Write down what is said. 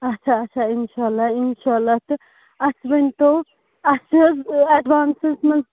اچھا اچھا اِنشاء اللہ اِشاء اللہ تہٕ اَسہِ ؤنۍ تَو اَسہِ چھِ حظ ایٚڈوانسَس منٛز